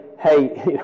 Hey